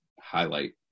highlight